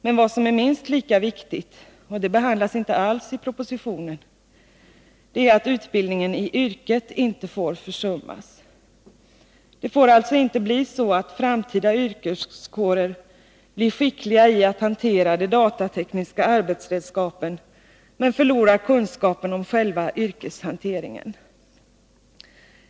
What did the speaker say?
Men vad som är minst lika viktigt — och det behandlas inte alls i propositionen — är att utbildningen i yrket inte får försummas. Det får alltså inte bli så att framtida yrkeskårer blir skickliga i att hantera de datatekniska arbetsredskapen, men förlorar kunskapen om själva yrkeshanteringen.